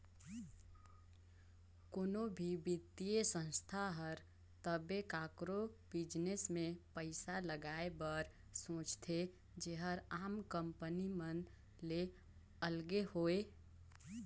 कोनो भी बित्तीय संस्था हर तबे काकरो बिजनेस में पइसा लगाए बर सोंचथे जेहर आम कंपनी मन ले अलगे होए